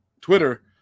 Twitter